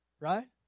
right